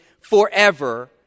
forever